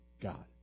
God